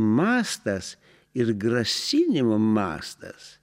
mastas ir grasinimo mastas